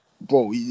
bro